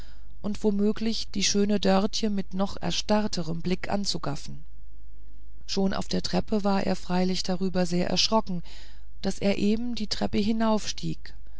und womöglich die schöne dörtje mit noch erstarrterem blick anzugaffen schon auf der treppe war er freilich darüber sehr erschrocken daß er eben die treppe